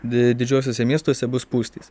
di didžiuosiuose miestuose bus spūstys